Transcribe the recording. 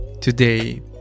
Today